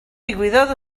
ddigwyddodd